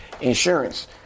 insurance